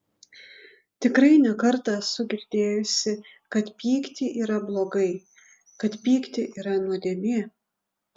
tikrai ne kartą esu girdėjusi kad pykti yra blogai kad pykti yra nuodėmė